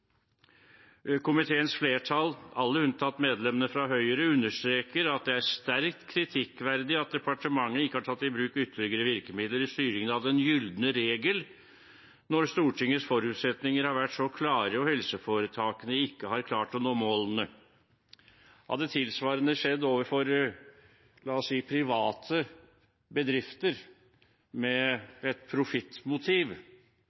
flertall, alle unntatt medlemmene fra Høyre, understreker at det er sterkt kritikkverdig at departementet ikke har tatt i bruk ytterligere virkemidler i styringen av den gylne regel når Stortingets forutsetninger har vært så klare og helseforetakene ikke har klart å nå målene.» Hadde tilsvarende skjedd overfor – la oss si – private bedrifter